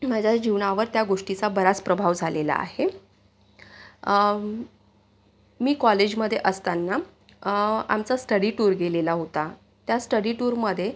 माझ्या जीवनावर त्या गोष्टीचा बराच प्रभाव झालेला आहे मी कॉलेजमध्ये असताना आमचा स्टडी टूर गेलेला होता त्या स्टडी टूरमध्ये